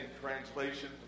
translation